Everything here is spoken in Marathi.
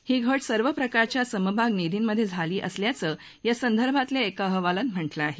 ही घट सर्व प्रकारच्या समभाग निधींमध्ये झाली असल्याचं या संदर्भातल्या एका अहवालात म्हटलं आहे